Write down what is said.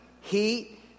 heat